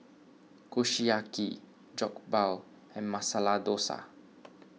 Kushiyaki Jokbal and Masala Dosa